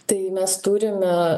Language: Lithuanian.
tai mes turime